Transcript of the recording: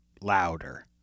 louder